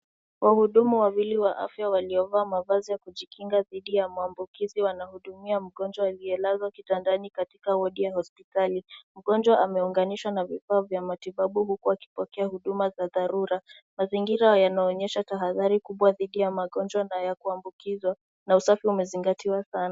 Wahudumu wawili wa afya waliovaa mavazi ya kujikinga dhithi ya maambukizi wanahudumia mgonjwa aliyelazwa kitandani katika wodi ya hospitali. Mgonjwa ameunganishwa na vifaa vya matibabu huku akipokea huduma za dharura. Mazingira yanaonyesha tahadhari kubwa dhithi ya magonjwa ya kuambukizwa na usafi umezingatiwa sana.